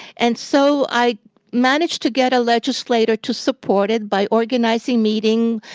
and so i managed to get a legislator to support it by organizing meetings.